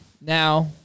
Now